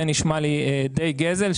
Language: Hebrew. זה נשמע לי די גזל,